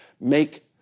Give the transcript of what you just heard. make